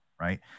right